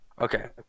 Okay